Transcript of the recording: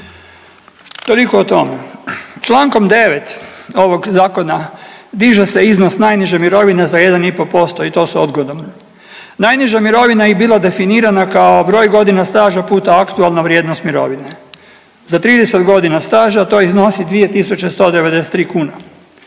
Toliko o tome. Čl. 9. ovog zakona diže se iznos najniže mirovine za 1,5% i to s odgodom. Najniža mirovina bi bila definirana kao broj godina staža puta aktualna vrijednost mirovine, za 30.g. staža to iznosi 2.193 kune,